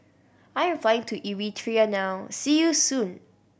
I'm flying to Eritrea now see you soon